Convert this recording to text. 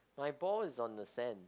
my ball is on the sand